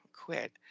quit